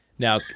Now